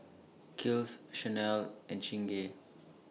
Kiehl's Chanel and Chingay